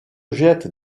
jette